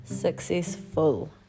successful